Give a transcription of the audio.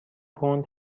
پوند